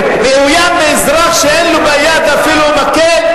מאוים מאזרח שאין לו ביד אפילו מקל?